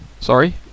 Sorry